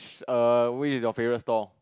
err which is your favorite stall